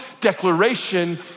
declaration